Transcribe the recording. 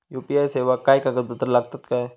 UPI सेवाक काय कागदपत्र लागतत काय?